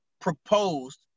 proposed